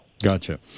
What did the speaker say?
gotcha